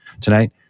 tonight